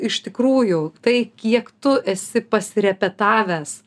iš tikrųjų tai kiek tu esi pasirepetavęs